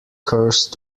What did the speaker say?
course